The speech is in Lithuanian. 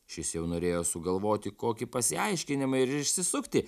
šis jau norėjo sugalvoti kokį pasiaiškinimą ir išsisukti